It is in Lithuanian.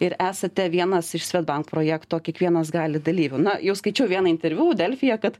ir esate vienas iš svedbank projekto kiekvienas gali dalyvių na jau skaičiau vieną interviu delfyje kad